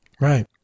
right